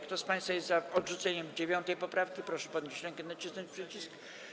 Kto z państwa jest za odrzuceniem 9. poprawki, proszę podnieść rękę i nacisnąć przycisk.